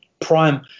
prime